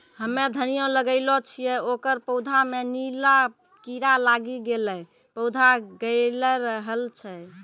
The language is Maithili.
हम्मे धनिया लगैलो छियै ओकर पौधा मे नीला कीड़ा लागी गैलै पौधा गैलरहल छै?